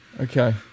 Okay